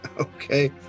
okay